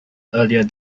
earlier